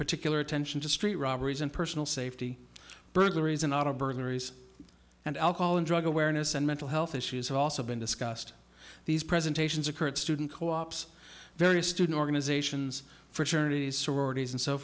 particular attention to street robberies and personal safety burglaries and out of burglaries and alcohol and drug awareness and mental health issues have also been discussed these presentations are current student co ops various student organizations fraternity sorority and so